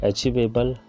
Achievable